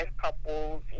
couples